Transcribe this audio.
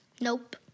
Nope